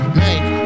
make